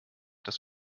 dass